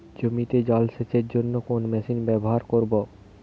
জমিতে জল সেচের জন্য কোন মেশিন ব্যবহার করব?